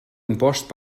impost